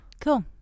Cool